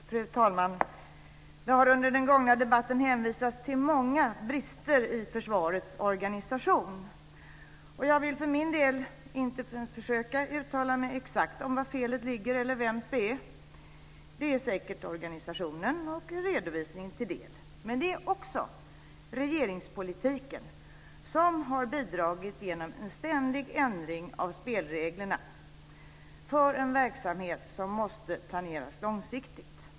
Fru talman! Det har under den gångna debatten hänvisats till många brister i försvarets organisation. Jag vill för min del inte ens försöka uttala mig om exakt var felet ligger eller vems det är. Det är säkert organisationen och redovisningen. Men det är också regeringspolitiken som har bidragit genom en ständig ändring av spelreglerna för en verksamhet som måste planeras långsiktigt.